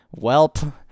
Welp